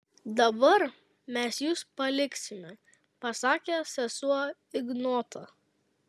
dabar mes jus paliksime pasakė sesuo ignotą